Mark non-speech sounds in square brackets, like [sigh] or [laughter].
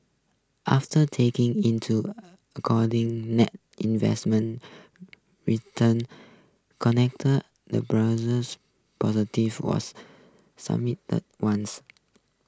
after taking into a according net investment returns connect the brothers positive was [unintelligible] the ones